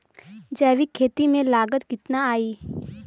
जैविक खेती में लागत कितना आई?